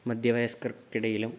മധ്യവയസ്ക്കർക്കിടയിലും